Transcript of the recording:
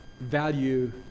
value